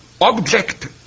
object